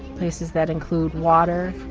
places that include water.